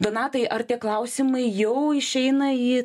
donatai ar tie klausimai jau išeina į